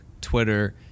Twitter